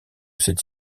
cette